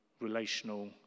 relational